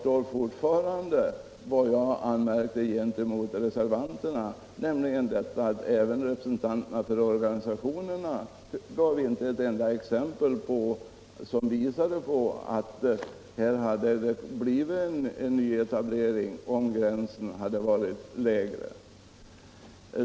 Men fortfarande kvarstår vad jag anmärkte gentemot reservanterna, nämligen att representanterna för organisationerna inte gav ett enda exempel som visade att det skulle ha blivit mer nyetablering om gränsen hade varit lägre.